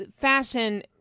fashion